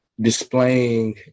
displaying